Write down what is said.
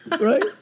right